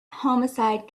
homicide